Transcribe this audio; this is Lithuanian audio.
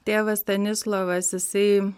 tėvas stanislovas jisai